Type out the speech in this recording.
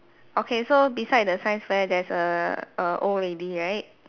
okay so beside the science fair there's a a old lady right